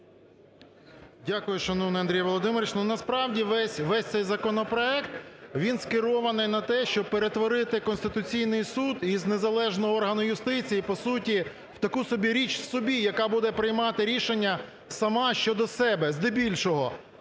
Дякую, шановний Андрій Володимирович. Ну, насправді, весь, весь цей законопроект, він скерований на те, щоб перетворити Конституційний Суд із незалежного органу юстиції, по суті, в таку собі річ в собі, яка буде приймати рішення сама щодо себе здебільшого.